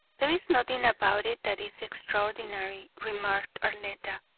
there is nothing about it that is extraordinary, remarked arletta,